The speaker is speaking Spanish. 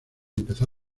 empezó